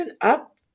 up